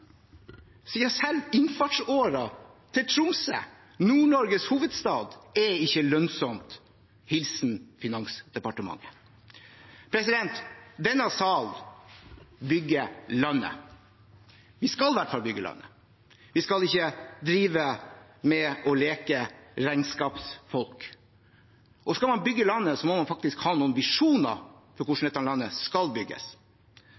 Selv innfartsåren til Tromsø, Nord-Norges hovedstad, er ikke lønnsom hilsen Finansdepartementet. Denne salen bygger landet. Vi skal i hvert fall bygge landet. Vi skal ikke leke regnskapsfolk. Skal man bygge landet, må man faktisk ha noen visjoner for hvordan dette landet skal bygges.